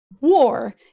War